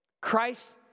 Christ